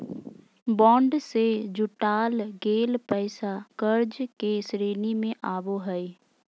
bond से जुटाल गेल पैसा कर्ज के श्रेणी में आवो हइ